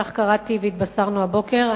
כך קראתי והתבשרתי הבוקר.